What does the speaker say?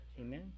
Amen